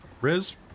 Riz